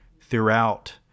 throughout